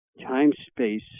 time-space